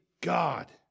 God